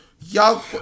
Y'all